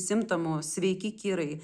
simptomų sveiki kirai